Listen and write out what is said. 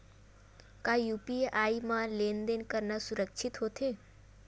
का यू.पी.आई म लेन देन करना सुरक्षित होथे?